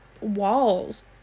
walls